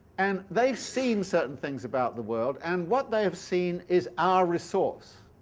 and they've seen certain things about the world, and what they have seen is our resource.